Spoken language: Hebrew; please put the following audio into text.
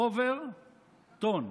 אובר-טון,